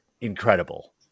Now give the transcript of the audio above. incredible